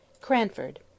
Cranford